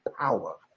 power